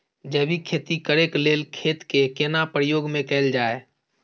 जैविक खेती करेक लैल खेत के केना प्रयोग में कैल जाय?